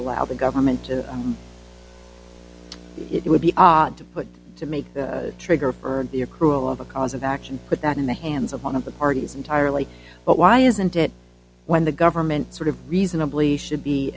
allow the government to it would be odd to put to make the trigger for the accrual of a cause of action but that in the hands of one of the parties entirely but why isn't it when the government sort of reasonably should be